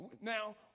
now